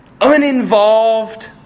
uninvolved